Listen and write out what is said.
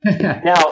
now